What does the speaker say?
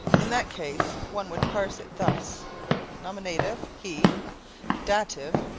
in that case one would parse it thus nominative, he dative,